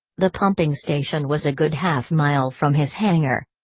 the pumping station was a good half mile from his hangar.